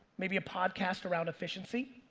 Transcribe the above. maybe a podcast around efficiency.